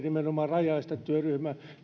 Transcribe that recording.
nimenomaan rajaestetyöryhmän